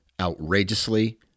outrageously